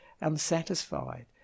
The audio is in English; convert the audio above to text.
unsatisfied